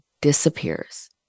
disappears